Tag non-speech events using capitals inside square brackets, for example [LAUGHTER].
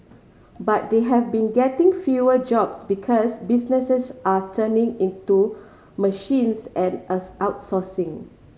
but they have been getting fewer jobs because businesses are turning into machines and [UNINTELLIGIBLE] outsourcing